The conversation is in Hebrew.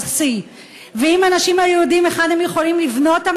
C. ואם אנשים היו יודעים היכן הם יכולים לבנות,